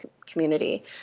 community